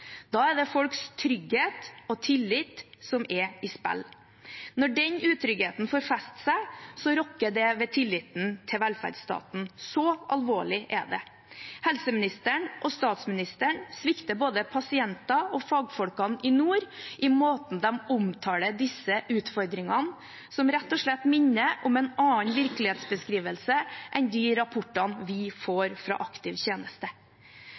Da er det folks trygghet og tillit som er i spill. Når den utryggheten får feste seg, rokker det ved tilliten til velferdsstaten – så alvorlig er det. Helseministeren og statsministeren svikter både pasienter og fagfolkene i nord i måten de omtaler disse utfordringene på, og de har rett og slett en annen virkelighetsbeskrivelse enn de rapportene vi får fra aktiv tjeneste.